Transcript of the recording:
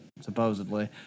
supposedly